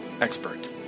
expert